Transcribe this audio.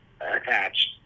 attached